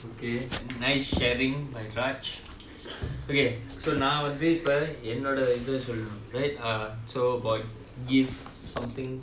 okay nice sharing by raj okay so நான் வந்து இப்ப என்னோட இத சொல்லனும்:naan vanthu ippa ennoda itha sollanum right so uh about give something